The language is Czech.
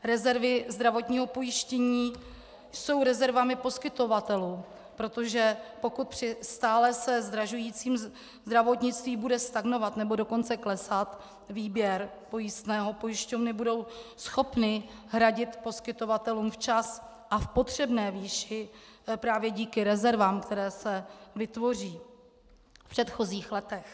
Rezervy zdravotního pojištění jsou rezervami poskytovatelů, protože pokud při stále se zdražujícím zdravotnictví bude stagnovat, nebo dokonce klesat výběr pojistného, pojišťovny budou schopny hradit poskytovatelům včas a v potřebné výši právě díky rezervám, které se vytvoří v předchozích letech.